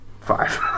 five